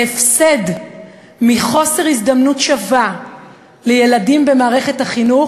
ההפסד מחוסר הזדמנות שווה לילדים במערכת החינוך